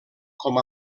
com